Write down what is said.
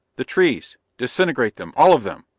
the trees. disintegrate them. all of them.